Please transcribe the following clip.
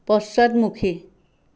পশ্চাদমুখী